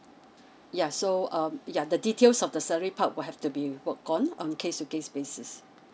yeah so um yeah the details of the salary part will have to be work on on case to case basis